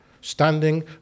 standing